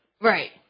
Right